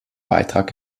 beitrag